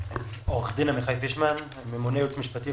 עורך דין בלשכה המשפטית,